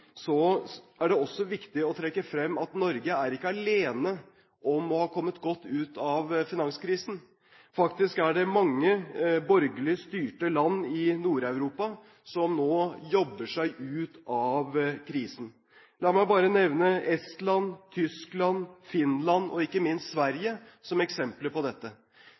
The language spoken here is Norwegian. er det også viktig å trekke frem at Norge er ikke alene om å ha kommet godt ut av finanskrisen. Faktisk er det mange borgerlig styrte land i Nord-Europa som nå jobber seg ut av krisen. La meg bare nevne Estland, Tyskland, Finland og ikke minst Sverige som eksempler på dette.